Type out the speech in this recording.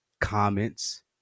Comments